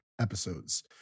episodes